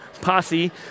posse